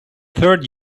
third